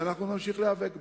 ואנחנו נמשיך להיאבק בה.